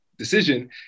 decision